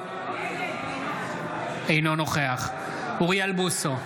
אינו נוכח אוריאל בוסו,